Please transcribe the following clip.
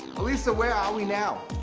elysa where are we now?